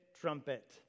trumpet